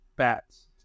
bats